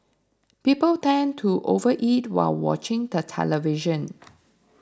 people tend to overeat while watching the television